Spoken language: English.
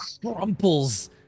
crumples